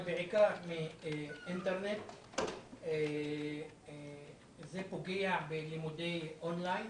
זה פוגע בלימודי און-ליין,